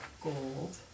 gold